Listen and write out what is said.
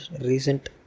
recent